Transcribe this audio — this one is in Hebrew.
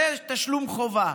זה תשלום חובה,